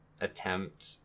attempt